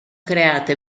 create